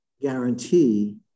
guarantee